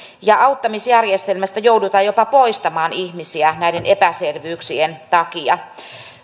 ja auttamisjärjestelmästä joudutaan jopa poistamaan ihmisiä näiden epäselvyyksien takia